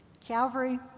Calvary